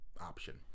option